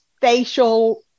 facial